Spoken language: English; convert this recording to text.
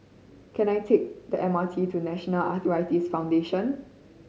can I take the M R T to National Arthritis Foundation